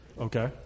Okay